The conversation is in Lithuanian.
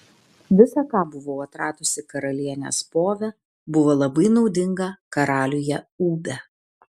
visa ką buvau atradusi karalienės pove buvo labai naudinga karaliuje ūbe